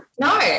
No